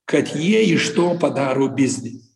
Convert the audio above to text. kad jie iš to padaro biznį